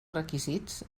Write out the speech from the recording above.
requisits